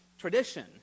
tradition